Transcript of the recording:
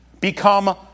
become